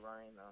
Ryan